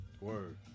Word